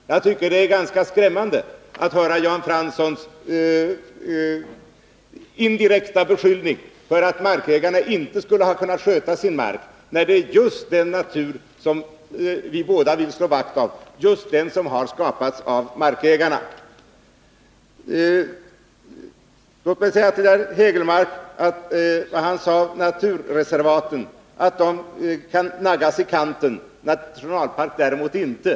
Det är ganska skrämmande att höra Jan Franssons indirekta beskyllning att markägarna inte skulle ha kunnat sköta sin mark när den natur som vi båda vill slå vakt om har skapats just av dem. Herr Hägelmark sade att naturreservat kan naggas i kanten, nationalparker däremot inte.